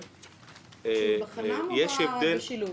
שהוא בחינוך המיוחד או בשילוב?